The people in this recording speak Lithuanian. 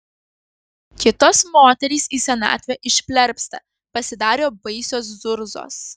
kitos moterys į senatvę išplerpsta pasidaro baisios zurzos